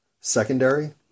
secondary